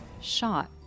shot